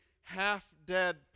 half-dead